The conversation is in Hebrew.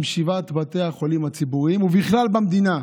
שבעת בתי החולים הציבוריים ובכלל במדינה,